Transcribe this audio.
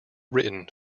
written